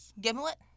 Gimlet